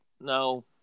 no